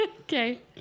Okay